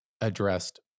addressed